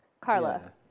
Carla